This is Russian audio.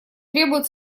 требует